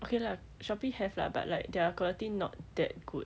okay lah shopee have lah but like their quality not that good